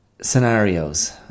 scenarios